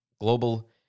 global